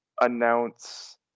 announce